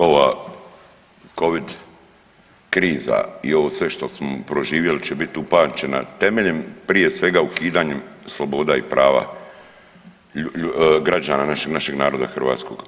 Ova Covid kriza i ovo sve što smo proživjeli će biti upamćena temeljem prije svega ukidanjem sloboda i prava građana, našeg naroda hrvatskog.